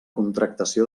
contractació